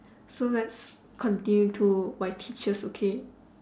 so let's continue to my teachers okay